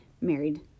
married